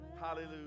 Hallelujah